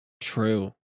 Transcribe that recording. True